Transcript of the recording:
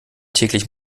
täglich